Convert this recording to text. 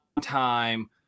time